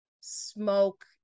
smoke